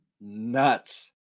nuts